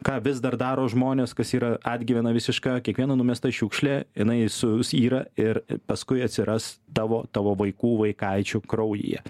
ką vis dar daro žmonės kas yra atgyvena visiška kiekviena numesta šiukšlė jinai su syra ir paskui atsiras tavo tavo vaikų vaikaičių kraujyje